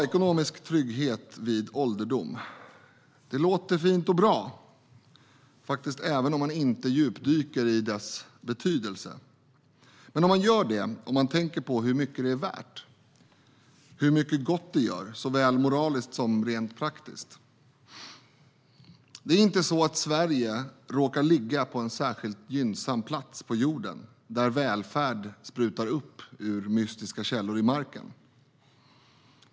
Ekonomisk trygghet vid ålderdom - det låter fint och bra även om man inte djupdyker i dess betydelse. Men om man gör det, om man tänker på hur mycket det är värt och hur mycket gott det gör, såväl moraliskt som rent praktiskt . Det är inte så att Sverige råkar ligga på en särskilt gynnsam plats på jorden, där välfärd sprutar upp ur mystiska källor i marken.